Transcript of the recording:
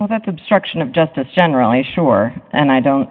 well that's obstruction of justice generally sure and i don't